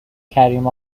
کریم